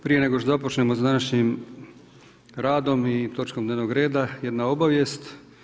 Prije nego što započnemo s današnjim radom i točkom dnevnog reda, jedna obavijest.